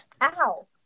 Ow